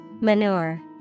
Manure